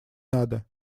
надо